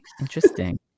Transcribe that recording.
interesting